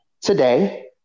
today